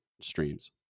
streams